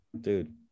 dude